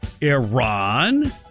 Iran